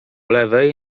lewej